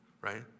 Right